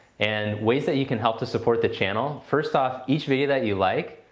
and ways that you can help to support the channel, first off, each video that you like,